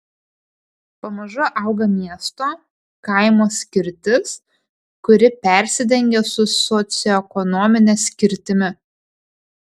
pamažu auga miesto kaimo skirtis kuri persidengia su socioekonomine skirtimi